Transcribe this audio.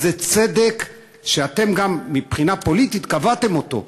זה צדק שאתם גם מבחינה פוליטית קבעתם אותו.